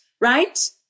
right